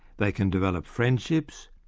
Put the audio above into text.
they can develop friendships,